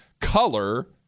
color